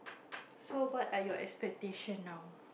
so what are your expectation now